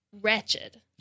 wretched